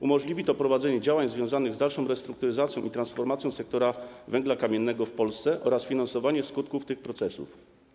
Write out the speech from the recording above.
Umożliwią one prowadzenie działań związanych z dalszą restrukturyzacją i transformacją sektora węgla kamiennego w Polsce oraz finansowanie skutków tych procesów.